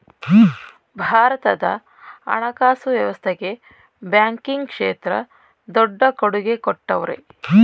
ಭಾರತದ ಹಣಕಾಸು ವ್ಯವಸ್ಥೆಗೆ ಬ್ಯಾಂಕಿಂಗ್ ಕ್ಷೇತ್ರ ದೊಡ್ಡ ಕೊಡುಗೆ ಕೊಟ್ಟವ್ರೆ